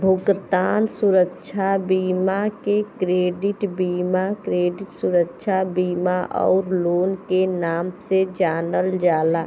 भुगतान सुरक्षा बीमा के क्रेडिट बीमा, क्रेडिट सुरक्षा बीमा आउर लोन के नाम से जानल जाला